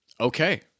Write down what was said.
Okay